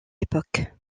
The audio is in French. époque